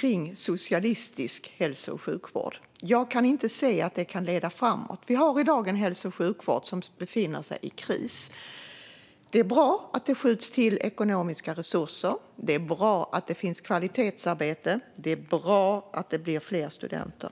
på socialistisk hälso och sjukvård. Jag kan inte se att det kan leda framåt. Vi har i dag en hälso och sjukvård som befinner sig i kris. Det är bra att det skjuts till ekonomiska resurser, det är bra att det finns kvalitetsarbete och det är bra att det blir fler studenter.